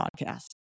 podcast